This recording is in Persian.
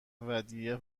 ودیعه